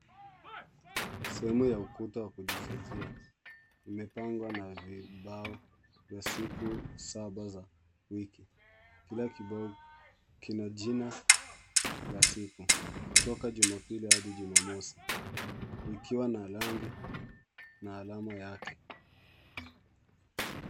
Sehemu ya ukuta wa kujifunzia limepangwa na vibao vya siku saba za wiki. Kila kibao kina jina la siku kutoka jumapili hadi jumamosi likiwa na rangi na alama yake.